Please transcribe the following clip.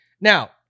Now